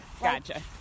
Gotcha